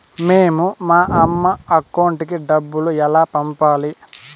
మేము మా అమ్మ అకౌంట్ కి డబ్బులు ఎలా పంపాలి